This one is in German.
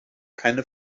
keine